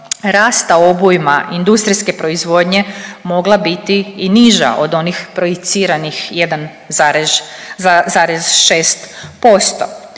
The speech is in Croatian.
rasta obujma industrijske proizvodnje mogla biti i niža od onih projiciranih 1,6%.